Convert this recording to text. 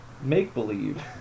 Make-believe